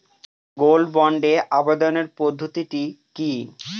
Gold বন্ডে আবেদনের পদ্ধতিটি কি?